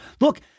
Look